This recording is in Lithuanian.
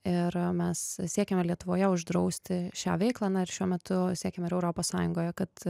ir mes siekiame lietuvoje uždrausti šią veiklą na ir šiuo metu siekiame ir europos sąjungoje kad